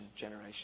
generation